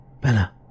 Bella